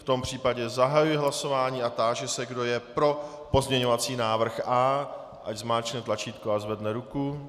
V tom případě zahajuji hlasování a táži se, kdo je pro pozměňovací návrh A, ať zmáčkne tlačítko a zvedne ruku.